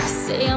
say